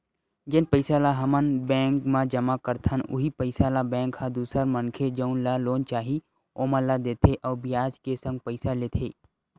जेन पइसा ल हमन बेंक म जमा करथन उहीं पइसा ल बेंक ह दूसर मनखे जउन ल लोन चाही ओमन ला देथे अउ बियाज के संग पइसा लेथे